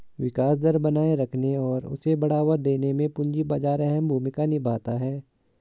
विकास दर बनाये रखने और उसे बढ़ावा देने में पूंजी बाजार अहम भूमिका निभाता है